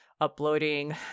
uploading